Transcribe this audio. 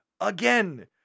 again